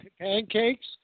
pancakes